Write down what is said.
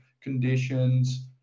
conditions